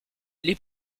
les